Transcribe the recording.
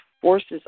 forces